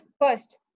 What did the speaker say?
first